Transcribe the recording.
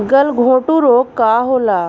गलघोंटु रोग का होला?